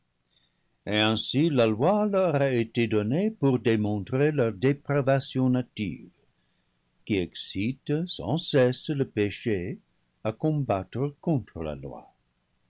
et ainsi la loi leur a été donnée pour dé montrer leur dépravation native qui excite sans cesse le péché à combattre contre la loi